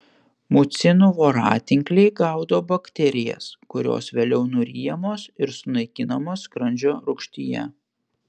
mucinų voratinkliai gaudo bakterijas kurios vėliau nuryjamos ir sunaikinamos skrandžio rūgštyje